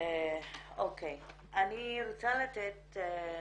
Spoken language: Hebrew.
אני מבקשת לתת